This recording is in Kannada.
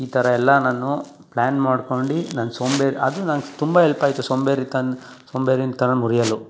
ಈ ಥರ ಎಲ್ಲ ನಾನು ಪ್ಲಾನ್ ಮಾಡ್ಕೊಂಡು ನಾನು ಸೋಂಬೇರಿ ಅದು ನಂಗೆ ತುಂಬ ಎಲ್ಪ್ ಆಯಿತು ಸೋಂಬೇರಿತನ ಸೋಂಬೇರಿತನನ ಮುರಿಯಲು